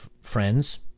friends